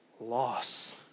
loss